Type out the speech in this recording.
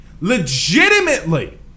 legitimately